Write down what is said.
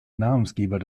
namensgeber